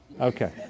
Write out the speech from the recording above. Okay